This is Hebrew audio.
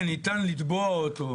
שניתן לתבוע אותו,